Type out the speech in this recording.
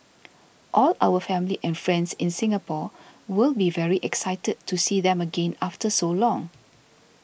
all our family and friends in Singapore will be very excited to see them again after so long